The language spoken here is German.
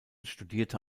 studierte